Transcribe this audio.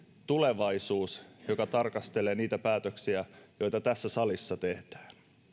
tulevaisuus joka tarkastelee niitä päätöksiä joita tässä salissa tehdään